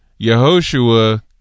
Yehoshua